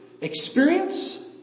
experience